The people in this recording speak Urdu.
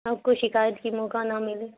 آپ کو شکایت کی موقع نہ ملے